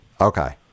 Okay